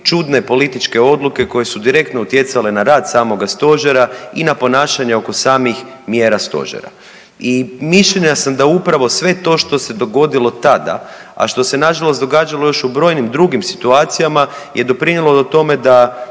čudne političke odluke koje su direktno utjecale na rad samoga Stožera i na ponašanja oko samih mjera Stožera. I mišljenja sam da upravo sve to što se dogodilo tada, a što se nažalost događalo još u brojnim drugim situacijama je doprinijelo tome da